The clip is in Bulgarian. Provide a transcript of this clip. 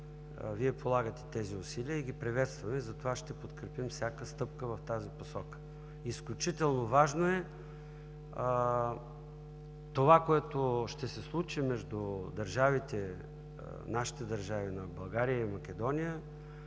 Вие полагате тези усилия и ги приветстваме, затова ще подкрепим всяка стъпка в тази посока. Изключително важно е това, което ще се случи между нашите държави – на България и Македония,